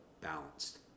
balanced